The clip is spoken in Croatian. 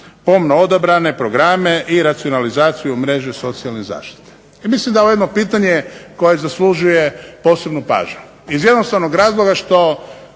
pomno odabrane programe i racionalizaciju mreže socijalne zaštite. I mislim da je ovo jedno pitanje koje zaslužuje posebnu pažnju iz jednostavnog razloga što